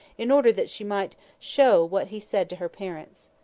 in order that she might show what he said to her parents.